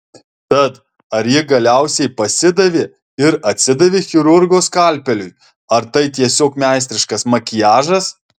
tad ar ji galiausiai pasidavė ir atsidavė chirurgo skalpeliui ar tai tiesiog meistriškas makiažas